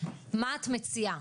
מה את מציעה?